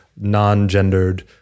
non-gendered